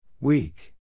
Weak